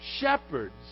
shepherds